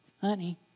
honey